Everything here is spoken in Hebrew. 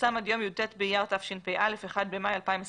פורסם עד יום י"ט באייר התשפ"א (1 במאי 2021);